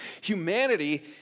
Humanity